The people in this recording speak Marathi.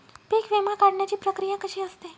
पीक विमा काढण्याची प्रक्रिया कशी असते?